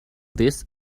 this